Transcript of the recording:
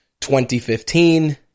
2015